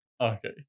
Okay